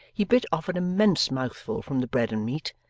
he bit off an immense mouthful from the bread and meat,